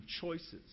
choices